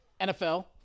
NFL